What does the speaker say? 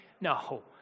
No